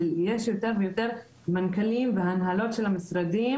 שיש יותר ויותר מנכ"לים והנהלות של המשרדים,